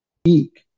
speak